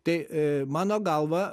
tai a mano galva